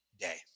day